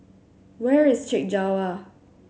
where is Chek Jawa